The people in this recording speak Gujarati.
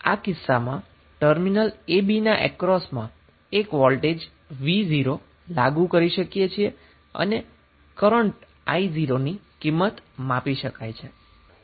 આ કિસ્સામાં ટર્મિનલ a b ના અક્રોસમાં એક વોલ્ટેજ v0 લાગુ કરી શકીએ છીએ અને કરન્ટ i0 ની કિંમત માપી શકો છો